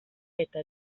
eta